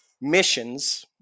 missions